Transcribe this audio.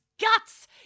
Guts